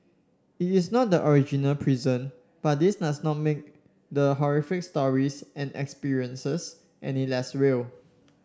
it is not the original prison but this does not make the horrific stories and experiences any less real